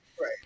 Right